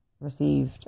received